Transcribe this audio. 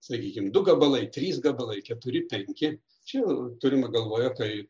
sakykim du gabalai trys gabalai keturi penki čia turime galvoje kai